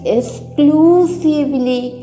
exclusively